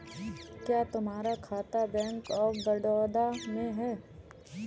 क्या तुम्हारा खाता बैंक ऑफ बड़ौदा में है?